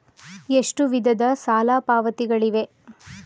ಎಷ್ಟು ವಿಧದ ಸಾಲ ಪಾವತಿಗಳಿವೆ?